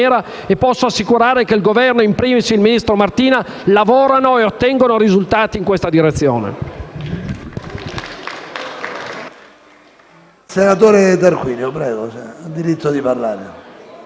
e posso assicurare che il Governo e, *in primis*, il ministro Martina lavorano e ottengono risultati in questa direzione.